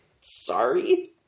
sorry